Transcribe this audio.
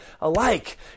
alike